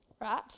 right